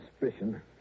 suspicion